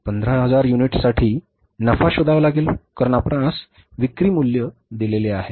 15000 युनिटसाठी नफा शोधावा लागेल कारण आपणास विक्री मूल्य दिलेले आहे